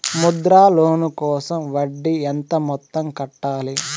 Mudra loan కోసం వడ్డీ ఎంత మొత్తం కట్టాలి